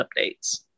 updates